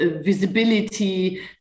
visibility